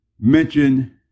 mention